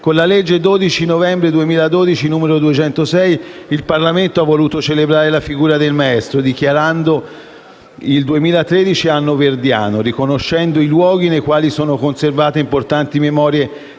Con la legge 12 novembre 2012, n. 206, il Parlamento ha voluto celebrare la figura del Maestro dichiarando il 2013 «anno verdiano», riconoscendo i luoghi nei quali sono conservate importanti memorie della